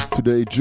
Today